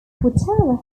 whatever